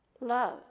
Love